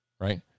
Right